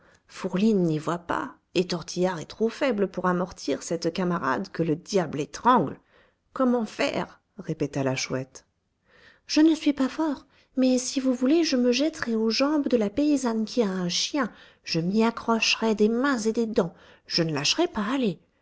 fourline n'y voit pas et tortillard est trop faible pour amortir cette camarade que le diable étrangle comment faire répéta la chouette je ne suis pas fort mais si vous voulez je me jetterai aux jambes de la paysanne qui a un chien je m'y accrocherai des mains et des dents je ne lâcherai pas allez